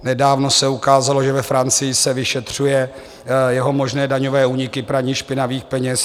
Nedávno se ukázalo, že ve Francii se vyšetřují jeho možné daňové úniky, praní špinavých peněz.